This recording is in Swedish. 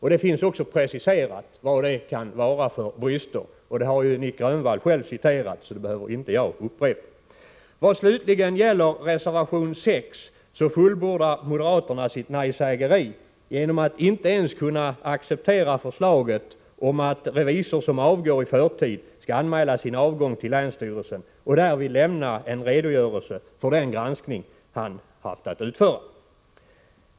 Det finns också preciserat vad det kan vara för brister; det har Nic Grönvall själv citerat, så det behöver inte jag göra. I reservation 6 slutligen fulbordar moderaterna sitt nej-sägeri genom att inte ens kunna acceptera förslaget om att revisor som avgår i förtid skall anmäla sin avgång till länsstyrelsen och därvid lämna en redogörelse för den granskning han haft att utföra.